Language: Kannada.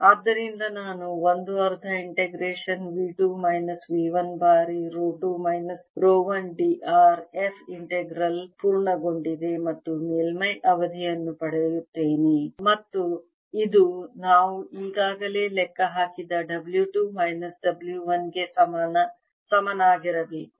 ಆದ್ದರಿಂದ ನಾನು 1 ಅರ್ಧ ಇಂಟಿಗ್ರೇಶನ್ V 2 ಮೈನಸ್ V 1 ಬಾರಿ row 2 minus row 1 d r f integral ಪೂರ್ಣಗೊಂಡಿದೆ ಮತ್ತು ಮೇಲ್ಮೈ ಅವಧಿಯನ್ನು ಪಡೆಯುತ್ತೇನೆ ಮತ್ತು ಇದು ನಾವು ಈಗಾಗಲೇ ಲೆಕ್ಕ ಹಾಕಿದ W 2 ಮೈನಸ್ W 1 ಗೆ ಸಮನಾಗಿರಬೇಕು